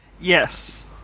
Yes